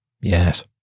yes